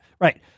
Right